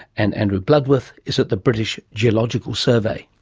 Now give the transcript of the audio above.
and andrew bloodworth is at the british geological survey.